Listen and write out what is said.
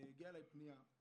הגיעה אליי פנייה.